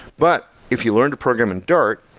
but if you learn to program in dart,